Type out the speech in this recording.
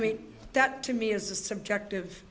mean that to me is a subjective